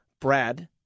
Brad